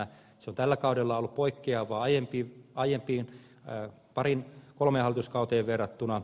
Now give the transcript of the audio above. se on tällä kaudella ollut poikkeavaa aiempiin pariin kolmeen hallituskauteen verrattuna